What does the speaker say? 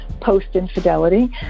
post-infidelity